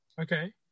Okay